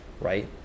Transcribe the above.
right